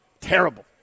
Terrible